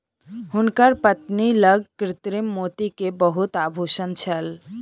हुनकर पत्नी लग कृत्रिम मोती के बहुत आभूषण छल